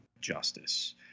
Justice